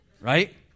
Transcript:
right